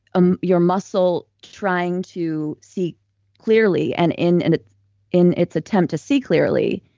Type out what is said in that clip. um your muscle trying to see clearly. and in and its in its attempt to see clearly,